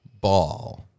ball